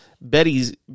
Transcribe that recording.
Betty's